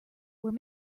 were